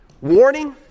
Warning